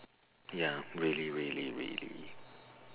ya really really really